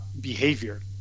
behavior